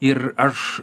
ir aš